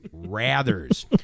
rathers